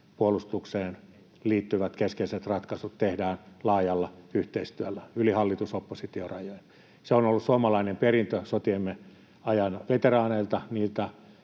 puolustukseen liittyvät keskeiset ratkaisut tehdään laajalla yhteistyöllä yli hallitus—oppositio-rajojen. Se on ollut suomalainen perintö sotiemme ajan veteraaneilta, niiltä